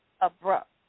abrupt